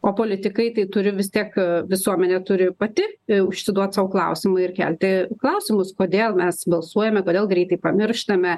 o politikai tai turi vis tiek visuomenė turi pati užsiduot sau klausimą ir kelti klausimus kodėl mes balsuojame todėl greitai pamirštame